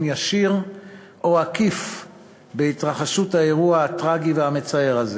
ישיר או עקיף בהתרחשות האירוע הטרגי והמצער הזה.